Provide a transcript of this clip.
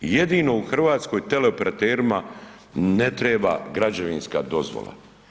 I jedino u Hrvatskoj teleoperaterima ne treba građevinska dozvola.